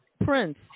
Prince